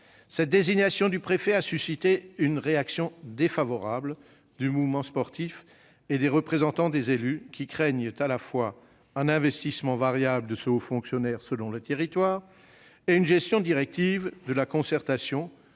Cette désignation du préfet a suscité une réaction défavorable du mouvement sportif et des représentants des élus. Ceux-ci craignent, à la fois, un investissement variable de ce haut fonctionnaire selon les territoires et une gestion directive de la concertation,